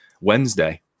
Wednesday